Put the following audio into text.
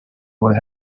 what